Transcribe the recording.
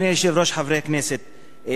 חברי הכנסת,